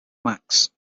max